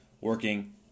working